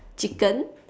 chicken